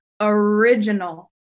original